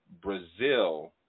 brazil